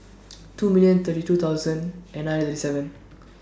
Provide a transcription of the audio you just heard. two million thirty two thousand nine hundred thirty seven